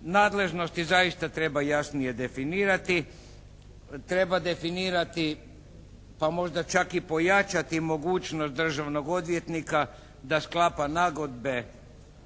nadležnosti zaista treba jasnije definirati, treba definirati pa možda čak i pojačati mogućnost državnog odvjetnika da sklapa nagodbe,